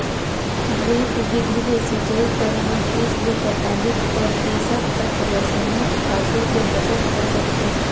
drip बिधि ले सिचई करे म तीस ले पैतालीस परतिसत तक रसइनिक खातू के बचत हो सकथे